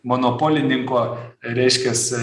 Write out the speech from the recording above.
monopolininko reiškias